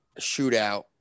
shootout